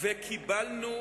קיבלנו